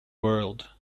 world